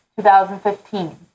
2015